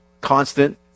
constant